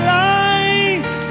life